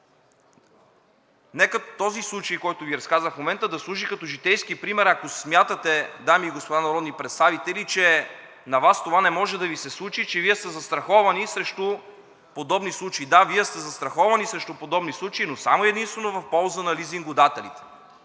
Нека този случай, който Ви разказах в момента, да служи като житейски пример, ако смятате, дами и господа народни представители, че това не може да Ви се случи, че Вие сте застраховани срещу подобни случаи. Да, Вие сте застраховани срещу подобни случаи, но само и единствено в полза на лизингодателите,